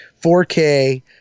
4K